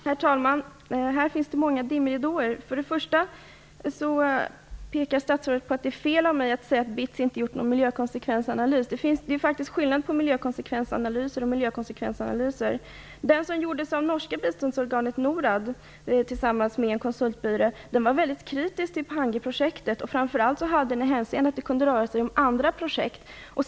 Herr talman! Här finns många dimridåer. Statsrådet pekar på att det är fel av mig att säga att BITS inte har gjort någon miljökonsekvensanalys. Men det finns olika miljökonsekvensanalyser. I den som gjordes av det norska biståndsorganet NORAD tillsammans med en konsultbyrå var man väldigt kritisk till Pangueprojektet, framför allt med hänvisning till att det kunde röra sig om andra projekt.